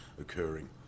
occurring